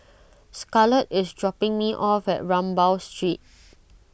Scarlet is dropping me off at Rambau Street